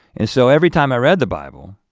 and so every time i read the bible,